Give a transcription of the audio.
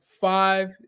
five